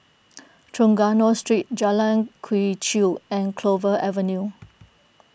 Trengganu Street Jalan Quee Chew and Clover Avenue